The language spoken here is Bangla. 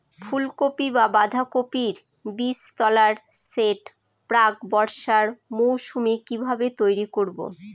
ফুলকপি বা বাঁধাকপির বীজতলার সেট প্রাক বর্ষার মৌসুমে কিভাবে তৈরি করব?